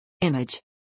Image